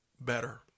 Better